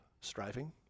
striving